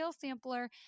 Sampler